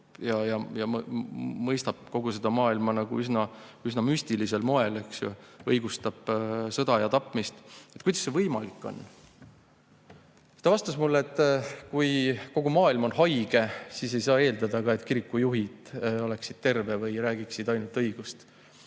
kes mõistab kogu seda maailma nagu üsna müstilisel moel, eks ju, õigustab sõda ja tapmist, siis kuidas see võimalik on. Ta vastas mulle, et kui kogu maailm on haige, siis ei saa eeldada, et kirikujuhid oleksid terved või räägiksid ainult õigust.